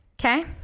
Okay